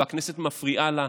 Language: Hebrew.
והכנסת מפריעה לה,